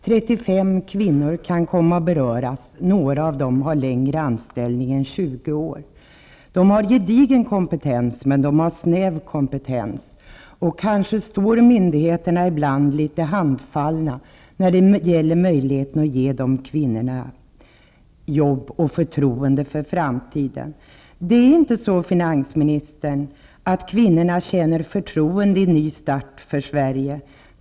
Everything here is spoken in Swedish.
35 kvinnor kan komma att beröras. Några av dem har längre anställningstid än 20 år. De har gedigen men snäv kompe tens, och kanske är myndigheterna ibland litet handfallna när det gäller möj ligheten att ge sådana kvinnor jobb och tro på framtiden. Det är inte så, finansministern, att kvinnorna känner förtroende för Ny start för Sverige.